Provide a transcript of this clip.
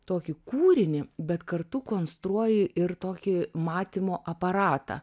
tokį kūrinį bet kartu konstruoji ir tokį matymo aparatą